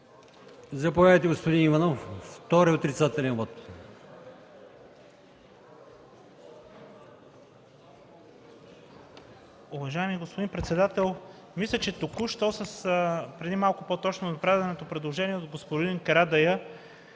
Заповядайте, господин Иванов, за втори отрицателен вот.